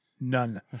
None